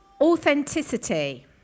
authenticity